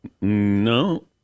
no